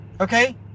okay